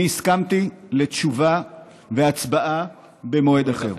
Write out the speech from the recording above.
אני הסכמתי לתשובה והצבעה, במועד אחר.